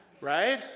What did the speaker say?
right